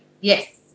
Yes